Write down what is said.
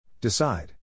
Decide